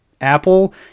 apple